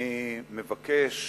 אני מבקש,